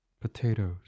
Potatoes